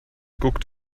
guckt